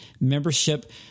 membership